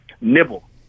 nibble